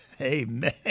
Amen